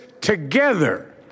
together